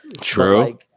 True